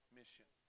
mission